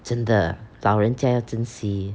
真的老人家要珍惜